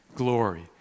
Glory